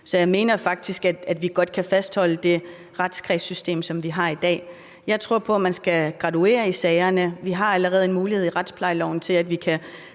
Så jeg mener faktisk, at vi godt kan fastholde det retskredssystem, som vi har i dag. Jeg tror på, at man skal graduere sagerne. Vi har allerede en mulighed i retsplejeloven til at sikre,